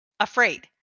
Afraid